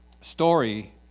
story